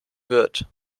wird